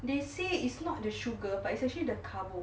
they say it's not the sugar but it's actually the carbo